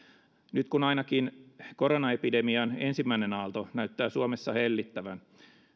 nyt kun ainakin koronaepidemian ensimmäinen aalto näyttää suomessa hellittävän